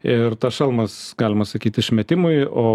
ir tas šalmas galima sakyt išmetimui o